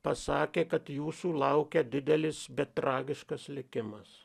pasakė kad jūsų laukia didelis bet tragiškas likimas